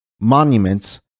monuments